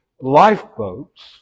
lifeboats